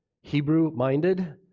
Hebrew-minded